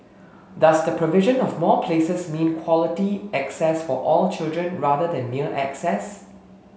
does the provision of more places mean quality access for all children rather than mere access